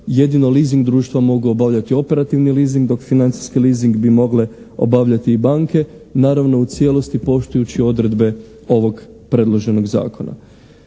jedino leasing društva mogu obavljati operativni leasing dok financijski leasing bi mogle obavljati i banke, naravno u cijelosti poštujući odredbe ovog predloženog Zakona.